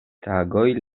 tagoj